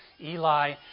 Eli